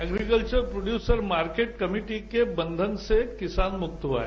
agriculture producer market committee के बंधन से किसान मुक्त हुआ है